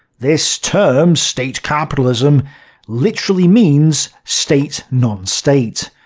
this term state capitalism literally means state non-state,